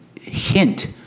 hint